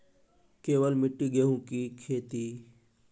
केवल मिट्टी गेहूँ की खेती?